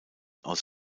aus